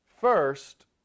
First